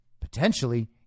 potentially